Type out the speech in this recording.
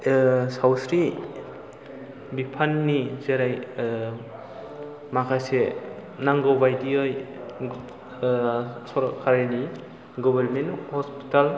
सावस्रि बिफाननि जेरै माखासे नांगौबायदियै सोरखारिनि गबार्नमेन्ट हस्पिटाल